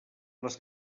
les